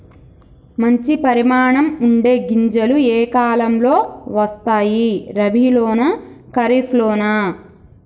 మంచి పరిమాణం ఉండే గింజలు ఏ కాలం లో వస్తాయి? రబీ లోనా? ఖరీఫ్ లోనా?